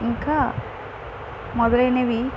ఇంకా మొదలైనవి